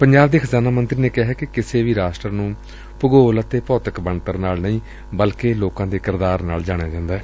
ਪੰਜਾਬ ਦੇ ਖਜ਼ਾਨਾ ਮੰਤਰੀ ਨੇ ਕਿਹੈ ਕਿ ਕਿਸੇ ਵੀ ਰਾਸ਼ਟਰ ਨੂੰ ਭੂਗੋਲ ਅਤੇ ਭੌਤਿਕ ਬਣਤਰ ਨਾਲ ਨਹੀਂ ਸਗੋਂ ਲੋਕਾਂ ਦੇ ਕਿਰਦਾਰ ਨਾਲ ਜਾਣਿਆ ਜਾਂਦੈ